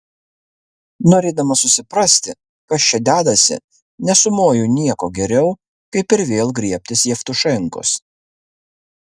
norėdamas susiprasti kas čia dedasi nesumoju nieko geriau kaip ir vėl griebtis jevtušenkos